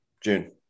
June